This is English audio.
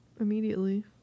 immediately